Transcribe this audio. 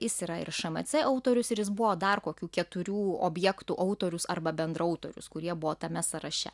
jis yra ir šmc autorius ir jis buvo dar kokių keturių objektų autorius arba bendraautorius kurie buvo tame sąraše